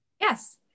Yes